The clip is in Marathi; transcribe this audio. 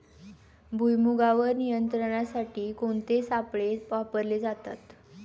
भुईमुगावर नियंत्रणासाठी कोणते सापळे वापरले जातात?